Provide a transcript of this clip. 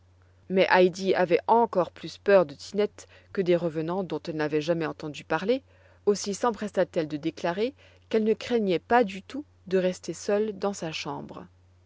mais heidi avait encore plus peur de tinette que des revenants dont elle n'avait jamais entendu parler aussi sempressa t elle de déclarer qu'elle ne craignait pas du tout de rester seule dans sa chambre